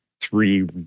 three